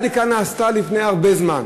אולי הבדיקה נעשתה לפני הרבה זמן.